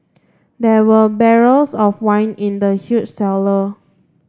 there were barrels of wine in the huge cellar